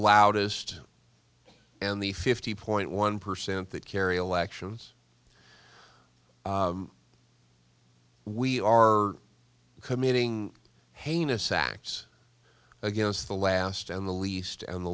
loudest and the fifty point one percent that carry elections we are committing heinous acts against the last and the least and the